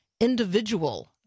individual